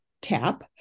tap